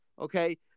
Okay